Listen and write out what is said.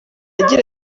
agira